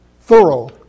thorough